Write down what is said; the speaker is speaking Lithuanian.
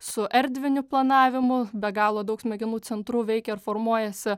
su erdviniu planavimu be galo daug smegenų centrų veikia ir formuojasi